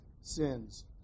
sins